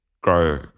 grow